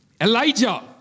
Elijah